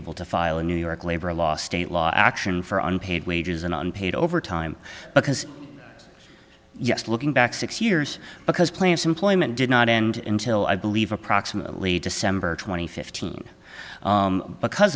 able to file a new york labor law state law action for unpaid wages and unpaid overtime because yes looking back six years because planes employment did not end until i believe approximately december twenty fifth